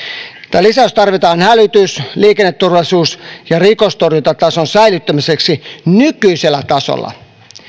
tämä lisäys tarvitaan hälytys liikenneturvallisuus ja rikostorjuntatason säilyttämiseksi nykyisellä tasolla